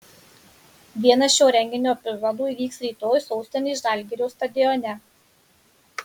vienas šio renginio epizodų įvyks rytoj sostinės žalgirio stadione